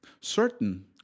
certain